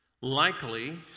Likely